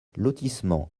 lotissement